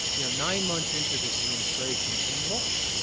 you know, nine months into this administration, and look.